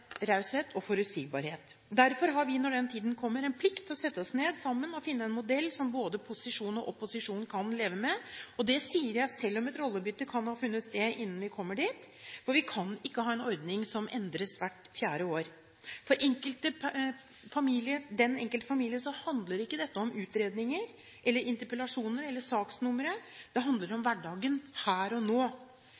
raushet og forutsigbarhet. Derfor har vi, når den tiden kommer, en plikt til å sette oss ned sammen og finne en modell som både posisjon og opposisjon kan leve med. Det sier jeg selv om et rollebytte kan ha funnet sted innen vi kommer dit, for vi kan ikke ha en ordning som endres hvert fjerde år. For den enkelte familie handler ikke dette om utredninger eller interpellasjoner eller saksnumre, det handler om